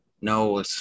No